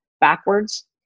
backwards